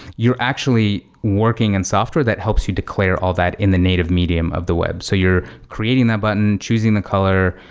you're actually working in software that helps you declare all that in the native medium of the web. so you're creating that button, choosing the color,